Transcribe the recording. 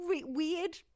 weird